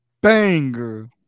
banger